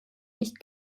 nicht